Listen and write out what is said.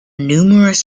numerous